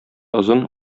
озын